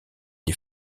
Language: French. les